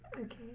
okay